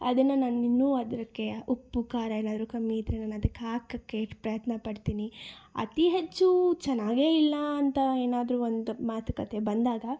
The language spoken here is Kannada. ಅದನ್ನು ನಾನು ಇನ್ನೂ ಅದಕ್ಕೆ ಉಪ್ಪು ಖಾರ ಏನಾದರೂ ಕಮ್ಮಿ ಇದ್ದರೆ ನಾನು ಅದಕ್ಕೆ ಹಾಕೋಕ್ಕೆ ಪ್ರಯತ್ನಪಡ್ತೀನಿ ಅತಿ ಹೆಚ್ಚು ಚೆನ್ನಾಗೇ ಇಲ್ಲ ಅಂತ ಏನಾದರೂ ಒಂದು ಮಾತುಕತೆ ಬಂದಾಗ